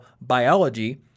biology